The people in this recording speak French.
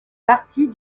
partie